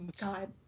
God